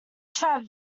track